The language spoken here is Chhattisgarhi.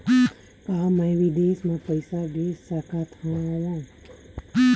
का मैं विदेश म पईसा भेज सकत हव?